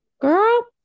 Girl